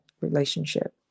relationship